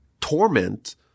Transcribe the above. torment